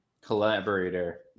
collaborator